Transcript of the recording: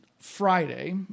Friday